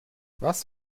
was